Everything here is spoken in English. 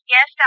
Yes